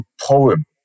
poem